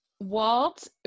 walt